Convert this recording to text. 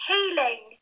Healing